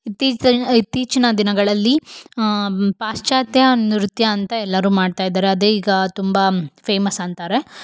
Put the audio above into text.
ಇತ್ತೀಚೆ ದ ಇತ್ತೀಚಿನ ದಿನಗಳಲ್ಲಿ ಪಾಶ್ಚಾತ್ಯ ನೃತ್ಯ ಅಂತ ಎಲ್ಲರೂ ಮಾಡ್ತಾ ಇದ್ದಾರೆ ಅದೇ ಈಗ ತುಂಬ ಫೇಮಸ್ ಅಂತಾರೆ